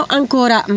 ancora